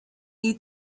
you